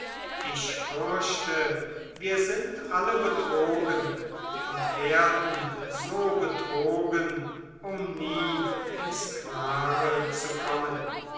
ich fürchte wir sind alle betrogen und werden so betrogen um nie ins klare zu kommen